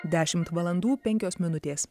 dešimt valandų penkios minutės